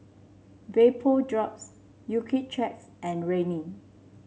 Vapodrops Accuchecks and Rene